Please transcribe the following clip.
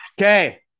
okay